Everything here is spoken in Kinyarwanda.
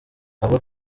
avuga